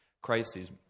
crises